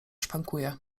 szwankuje